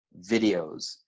videos